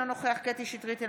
אינו נוכח קטי קטרין שטרית,